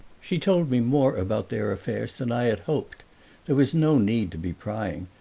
she told me more about their affairs than i had hoped there was no need to be prying,